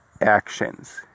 actions